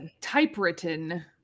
typewritten